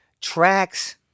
tracks